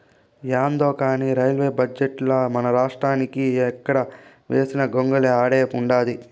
యాందో కానీ రైల్వే బడ్జెటుల మనరాష్ట్రానికి ఎక్కడ వేసిన గొంగలి ఆడే ఉండాది